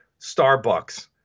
Starbucks